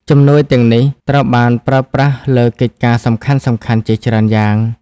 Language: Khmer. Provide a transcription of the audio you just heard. ជំនួយទាំងនេះត្រូវបានប្រើប្រាស់លើកិច្ចការសំខាន់ៗជាច្រើនយ៉ាង។